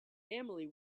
emily